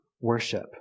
worship